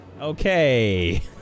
Okay